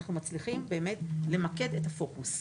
אנחנו מצליחים באמת למקד את הפוקוס.